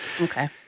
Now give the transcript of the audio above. okay